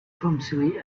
clumsily